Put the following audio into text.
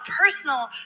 personal